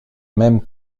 même